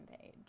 page